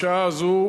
בשעה זו,